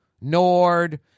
Nord